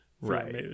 right